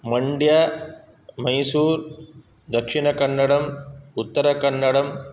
मण्ड्य मैसुर् दक्षिणकन्नडम् उत्तरकन्नडं